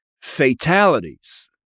fatalities